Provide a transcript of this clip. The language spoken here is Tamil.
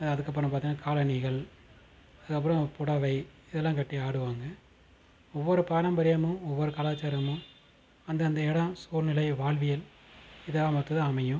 அதுக்கப்புறம் பார்த்தின்னா காலணிகள் அதுக்கப்புறம் புடவை இதெல்லாம் கட்டி ஆடுவாங்கள் ஒவ்வொரு பாரம்பரியமும் ஒவ்வொரு கலாச்சாரமும் அந்த அந்த இடம் சூழ்நிலை வாழ்வியல் இதெல்லாம் பொறுத்து தான் அமையும்